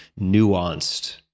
nuanced